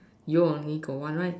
your only got one right